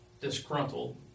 disgruntled